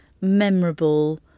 memorable